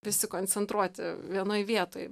visi koncentruoti vienoj vietoj